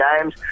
games